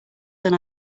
than